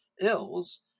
ills